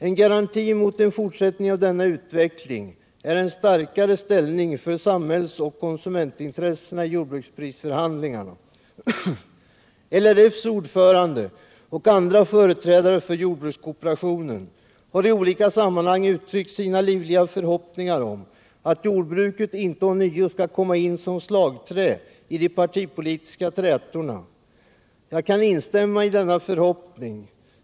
En garanti mot en fortsättning av denna utveckling är en starkare ställning för samhällsoch konsumentintressena i jordbruksprisförhandlingarna. LRF:s ordförande och andra företrädare för jordbrukskooperationen har i olika sammanhang uttryckt sina livliga förhoppningar om att jordbruket inte ånyo skall komma in som slagträ i de partipolitiska trätorna. Jag kan instämma i denna förhoppning.